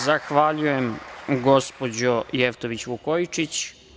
Zahvaljujem, gospođo Jevtović Vukojičić.